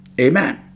amen